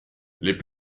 les